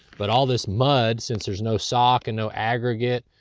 but all this mud, since there's no sock and no aggregate,